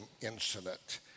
incident